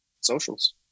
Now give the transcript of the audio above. socials